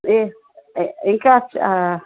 ఈ ఇంకా